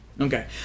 Okay